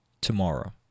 tomorrow